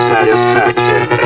Satisfaction